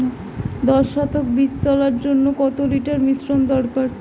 দশ শতক বীজ তলার জন্য কত লিটার মিশ্রন দরকার?